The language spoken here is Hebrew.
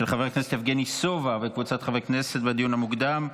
של חבר הכנסת יבגני סובה וקבוצת חברי הכנסת לדיון מוקדם.